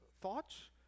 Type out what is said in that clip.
Thoughts